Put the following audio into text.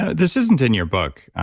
this isn't in your book,